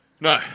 No